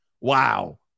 wow